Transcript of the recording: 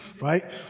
right